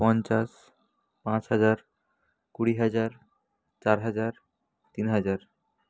পঞ্চাশ পাঁচ হাজার কুড়ি হাজার চার হাজার তিন হাজার